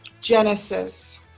Genesis